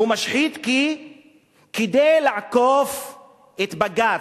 הוא משחית, כי כדי לעקוף את בג"ץ,